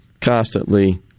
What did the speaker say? constantly